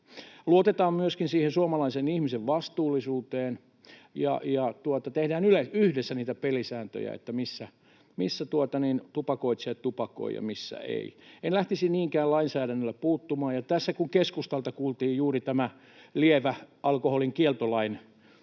Luotetaan myöskin suomalaisen ihmisen vastuullisuuteen ja tehdään yhdessä niitä pelisääntöjä, missä tupakoitsijat tupakoivat ja missä ei. En lähtisi niinkään lainsäädännöllä puuttumaan. Tässä kun keskustalta kuultiin juuri tämä lievä alkoholin kieltolain